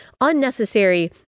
unnecessary